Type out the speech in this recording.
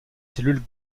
cellules